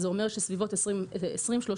זה אומר שבסביבות 2032-2030